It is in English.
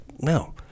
no